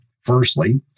Firstly